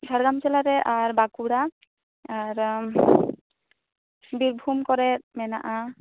ᱡᱷᱟᱲᱜᱮᱨᱟᱢ ᱡᱮᱞᱟ ᱨᱮ ᱟᱨ ᱵᱟᱸᱠᱩᱲᱟ ᱟᱨ ᱵᱤᱨᱵᱷᱩᱢ ᱠᱚᱨᱮᱫ ᱢᱮᱱᱟᱜᱼᱟ